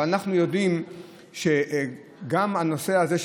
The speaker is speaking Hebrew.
אבל אנחנו יודעים שגם בנושא הזה,